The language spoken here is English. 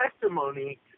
testimony